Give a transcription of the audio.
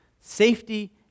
Safety